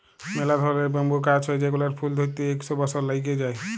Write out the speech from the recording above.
ম্যালা ধরলের ব্যাম্বু গাহাচ হ্যয় যেগলার ফুল ধ্যইরতে ইক শ বসর ল্যাইগে যায়